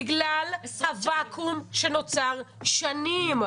הגענו לחוק הזה בגלל הוואקום שנוצר שנים.